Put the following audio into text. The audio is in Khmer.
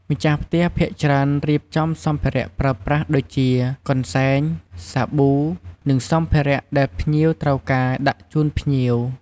ម្ចាស់ផ្ទះភាគច្រើនរៀបចំសម្ភារៈប្រើប្រាស់ដូចជា កន្សែង សាប៊ូ និងសម្ភារៈដែលភ្ញៀវត្រូវការ ដាក់ជូនភ្ញៀវ។